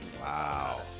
Wow